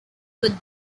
were